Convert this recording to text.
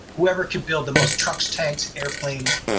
whoever can build the most trucks, tanks, airplanes,